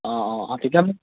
অঁ অঁ তেতিয়া মোক